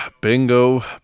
bingo